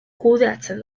kudeatzen